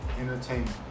Entertainment